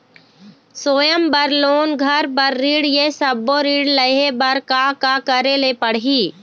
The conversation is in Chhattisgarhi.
स्वयं बर लोन, घर बर ऋण, ये सब्बो ऋण लहे बर का का करे ले पड़ही?